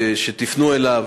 שתפנו אליו,